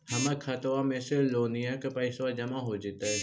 हमर खातबा में से लोनिया के पैसा जामा हो जैतय?